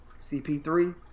CP3